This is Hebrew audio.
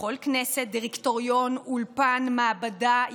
בכל כנסת, דירקטוריון, אולפן, מעבדה,